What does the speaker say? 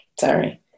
sorry